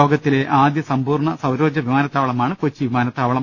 ലോകത്തിലെ ആദ്യത്തെ സമ്പൂർണ്ണ സൌരോർജ്ജ വിമാനത്താവളമാണ് കൊച്ചി വിമാനത്താവളം